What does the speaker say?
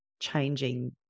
changing